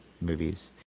movies